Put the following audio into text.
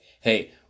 Hey